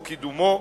או קידומו,